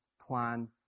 plan